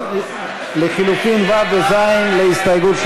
ההסתייגויות (32) לחלופין ו' ז' של